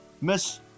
Miss